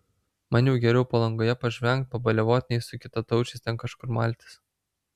man jau geriau palangoje pažvengt pabaliavot nei su kitataučiais ten kažkur maltis